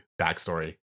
backstory